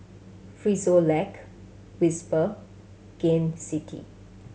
Frisolac Whisper Gain City